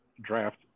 draft